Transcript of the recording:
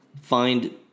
find